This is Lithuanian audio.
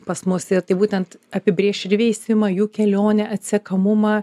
pas mus į tai būtent apibrėš ir veisimą jų kelionę atsekamumą